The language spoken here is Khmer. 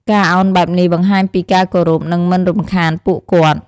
ការឱនបែបនេះបង្ហាញពីការគោរព និងមិនរំខានពួកគាត់។